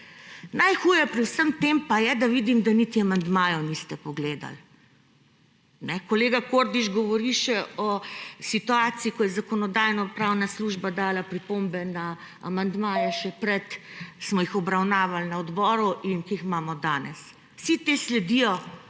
Najhuje pri vsem tem pa je, da vidim, da niti amandmajev niste pogledali. Kolega Kordiš govori še o situaciji, ko je Zakonodajno-pravna služba dala pripombe na amandmaje, še preden smo jih obravnavali na odboru in ki jih imamo danes. Vsi ti sledijo